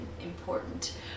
important